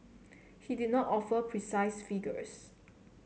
he did not offer precise figures